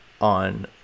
on